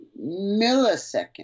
millisecond